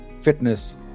fitness